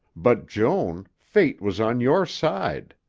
but, joan, fate was on your side.